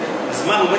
זמן.